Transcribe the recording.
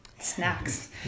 snacks